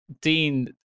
Dean